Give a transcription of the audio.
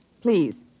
Please